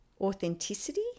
authenticity